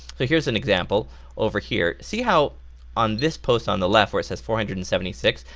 so here's an example over here. see how on this post on the left where it says four hundred and seventy six,